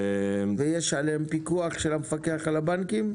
ויש עליהם פיקוח של המפקח על הבנקים?